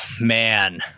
man